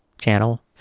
channel